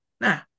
nah